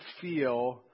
feel